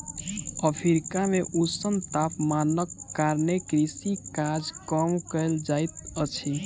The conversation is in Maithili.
अफ्रीका मे ऊष्ण तापमानक कारणेँ कृषि काज कम कयल जाइत अछि